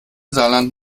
saarland